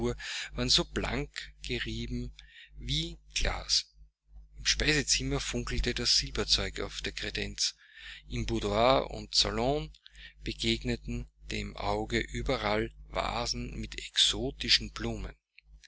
waren so blank gerieben wie glas im speisezimmer funkelte das silberzeug auf der kredenz im boudoir und salon begegneten dem auge überall vasen mit exotischen blumen